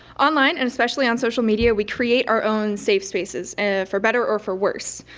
online and especially on social media we create our own safe spaces for better or for worse.